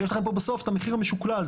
יש לכם בסוף את המחיר המשוקלל.